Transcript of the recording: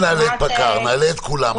נעלה את כולם.